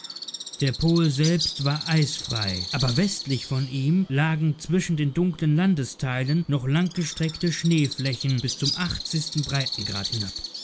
der pol selbst war eisfrei aber westlich von ihm lagen zwischen den dunklen landesteilen noch langgestreckte schneeflächen bis zum breitengrad hinab